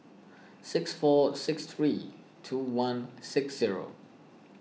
six four six three two one six zero